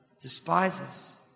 despises